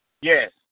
Yes